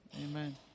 Amen